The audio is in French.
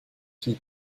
qui